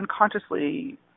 unconsciously